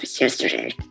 yesterday